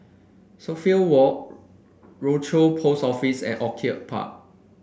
Suffolk Walk Rochor Post Office and Orchid Park